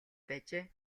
байжээ